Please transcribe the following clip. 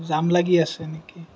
জাম লাগি আছে নেকি